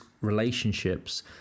relationships